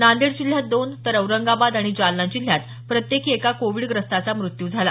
नांदेड जिल्ह्यात दोन तर औरंगाबाद आणि जालना जिल्ह्यात प्रत्येकी एका कोविडग्रस्ताचा मृत्यू झाला